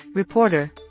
reporter